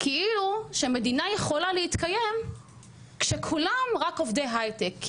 כאילו שמדינה יכולה להתקיים כשכולם רק עובדים פה בהייטק,